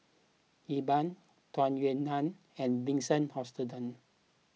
Iqbal Tung Yue Nang and Vincent Hoisington